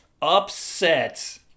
upset